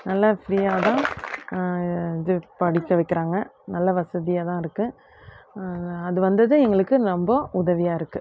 நல்லா ஃப்ரீயாக தான் இது படிக்க வைக்கிறாங்க நல்ல வசதியாகதான் இருக்குது அது வந்ததும் எங்களுக்கு நொம்ப உதவியாக இருக்குது